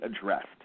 addressed